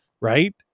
right